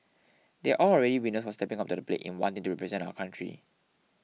they are all already winners for stepping up to the plate in wanting to represent our country